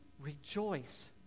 rejoice